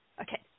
Okay